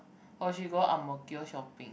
oh she go Ang-Mo-Kio shopping